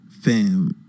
fam